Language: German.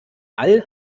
all